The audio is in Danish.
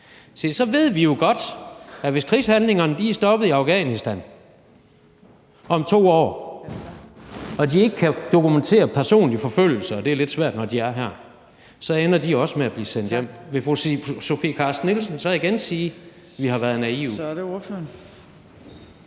så ved vi jo godt, at hvis krigshandlingerne er stoppet i Afghanistan om 2 år og de ikke kan dokumentere personlig forfølgelse – og det er lidt svært, når de er her – så ender de også med at blive sendt hjem. Vil fru Sofie Carsten Nielsen så igen sige: Vi har været naive? Kl. 14:22 Tredje